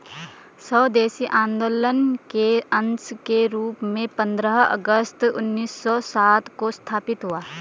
स्वदेशी आंदोलन के अंश के रूप में पंद्रह अगस्त उन्नीस सौ सात को स्थापित हुआ